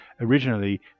originally